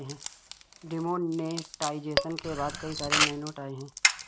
demonetisation के बाद कई सारे नए नोट आये